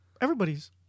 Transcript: Everybody's